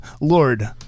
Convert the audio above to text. Lord